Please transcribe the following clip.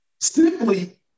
Simply